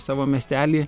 savo miestely